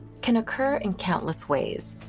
can occur in countless ways.